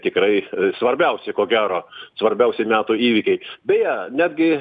tikrai svarbiausi ko gero svarbiausia metų įvykiai beje netgi